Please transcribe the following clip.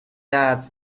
that